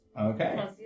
Okay